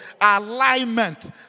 Alignment